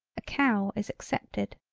a cow is accepted.